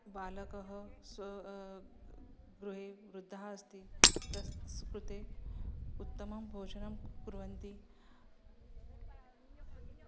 बालकः स्वं गृहे वृद्धः अस्ति तस्य कृते उत्तमं भोजनं कुर्वन्ति